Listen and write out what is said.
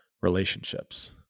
relationships